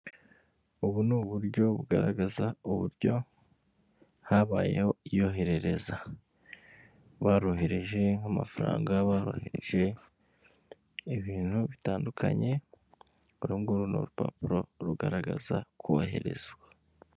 Ubu ni uburyo bugaragaza, uburyo habayeho iyoherereza. Barohereje nk'amafaranga, boroheje ibintu bitandukanye, uru nguru ni urupapuro rugaragaza koherezwa.